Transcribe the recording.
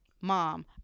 mom